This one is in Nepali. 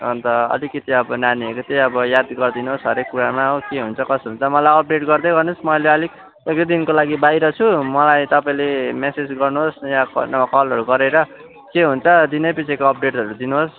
अन्त अलिकति अब नानीहरू त्यही अब याद गरिदिनुहोस् हरेक कुरामा हो के हुन्छ कसो हुन्छ मलाई अपडेट गर्दै गर्नुहोस् म अहिले अलिक एक दुई दिनको लागि बाहिर छु मलाई तपाईँले म्यासेज गर्नुहोस् या नभए कलहरू गरेर के हुन्छ दिनैपिछेको अपडेटहरू दिनुहोस्